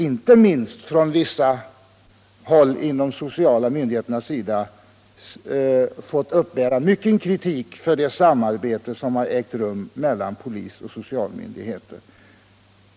Inte minst från vissa håll inom de sociala myndigheterna har de emellertid fått uppbära mycket kritik för det samarbete som har ägt rum mellan polis och socialmyndigheter.